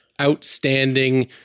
outstanding